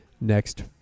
next